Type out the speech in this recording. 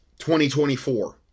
2024